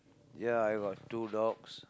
ya I got two dogs